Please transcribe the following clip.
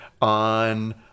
on